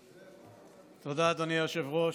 תודה, אדוני היושב-ראש.